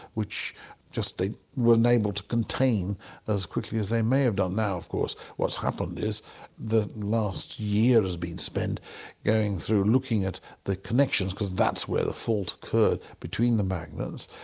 which they weren't able to contain as quickly as they may have done. now of course what's happened is the last year has been spent going through looking at the connections, because that's where the fault occurred, between the magnets,